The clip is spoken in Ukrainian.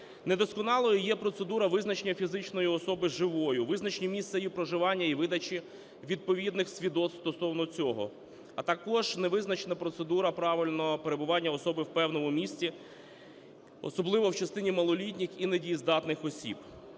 Недосконалою є процедура визначення фізичної особи живою, визначення місця її проживання і видачі відповідних свідоцтв стосовно цього. А також не визначена процедура правильно перебування особи в певному місці, особливо в частині малолітніх і недієздатних осіб.